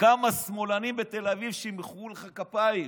כמה שמאלנים בתל אביב שימחאו לך כפיים.